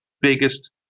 biggest